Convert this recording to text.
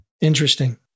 Interesting